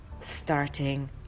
starting